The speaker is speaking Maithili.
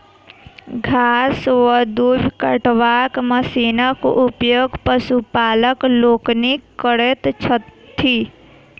घास वा दूइब कटबाक मशीनक उपयोग पशुपालक लोकनि करैत छथि